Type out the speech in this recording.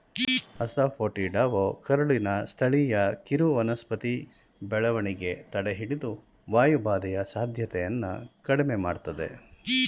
ಅಸಾಫೋಟಿಡಾವು ಕರುಳಿನ ಸ್ಥಳೀಯ ಕಿರುವನಸ್ಪತಿ ಬೆಳವಣಿಗೆ ತಡೆಹಿಡಿದು ವಾಯುಬಾಧೆಯ ಸಾಧ್ಯತೆನ ಕಡಿಮೆ ಮಾಡ್ತದೆ